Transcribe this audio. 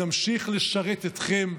נמשיך לשרת אתכם.